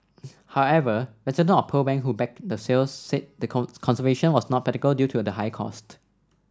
however residents of Pearl Bank who backed the sale said that conservation was not practical due to the high cost